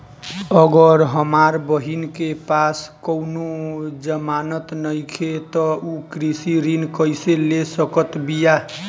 अगर हमार बहिन के पास कउनों जमानत नइखें त उ कृषि ऋण कइसे ले सकत बिया?